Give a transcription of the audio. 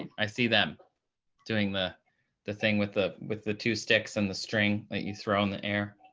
i see them doing the the thing with the with the two sticks and the string that you throw in the air.